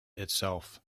itself